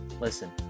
listen